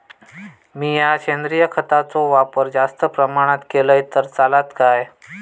मीया सेंद्रिय खताचो वापर जास्त प्रमाणात केलय तर चलात काय?